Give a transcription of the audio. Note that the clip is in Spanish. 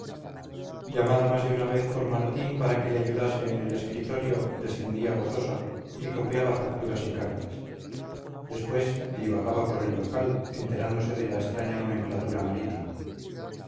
llamada más de una vez por martín para que le ayudase en el escritorio descendía gozosa y copiaba facturas y cartas después divagaba por el local enterándose de la extraña nomenclatura marítima